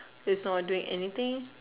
he's not doing anything